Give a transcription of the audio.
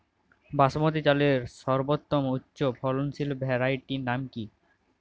বাসমতী চালের সর্বোত্তম উচ্চ ফলনশীল ভ্যারাইটির নাম কি?